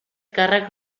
càrrecs